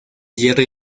jerry